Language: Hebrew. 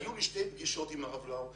היו לי שתי פגישות עם הרב לאו.